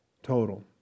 total